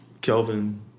Kelvin